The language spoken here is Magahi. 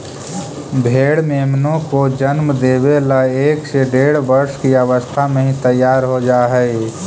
भेंड़ मेमनों को जन्म देवे ला एक से डेढ़ वर्ष की अवस्था में ही तैयार हो जा हई